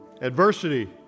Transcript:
Adversity